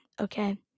okay